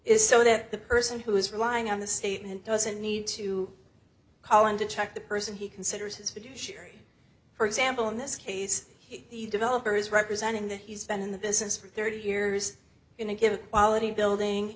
is so that the person who is relying on the statement doesn't need to call in to check the person he considers his fiduciary for example in this case the developer is representing that he's been in the business for thirty years in a given quality building